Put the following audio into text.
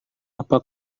apa